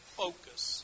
focus